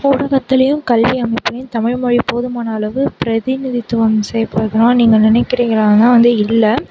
ஊடகத்துலையும் கல்வி அமைப்புலையும் தமிழ்மொழி போதுமான அளவு பிரதிநிதித்துவம் செய்யப்படுதுன்னா நீங்கள் நினைக்கிறீர்களானா வந்து இல்லை